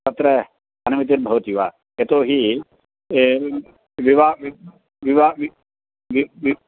तत्र अनुमतिर्भवति वा यतो हि विवा वि विवा वि वि वि